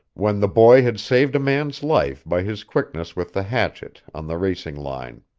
when the boy had saved a man's life by his quickness with the hatchet on the racing line.